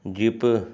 jeep